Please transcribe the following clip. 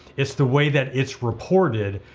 it's the way that it's reported,